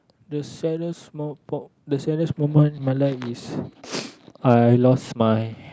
the saddest mo~ the saddest moment of my life is I lost my